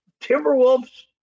Timberwolves